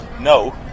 No